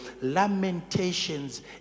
lamentations